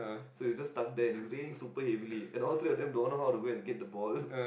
so it was just stuck there and it's raining super heavily and all three of them don't know how to go and get the ball